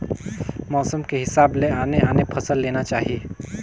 मउसम के हिसाब ले आने आने फसल लेना चाही